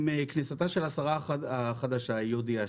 עם כניסתה של השרה החדשה היא הודיעה